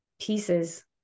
pieces